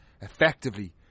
Effectively